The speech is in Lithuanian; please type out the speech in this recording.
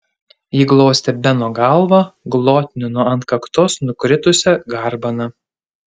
ji glostė beno galvą glotnino ant kaktos nukritusią garbaną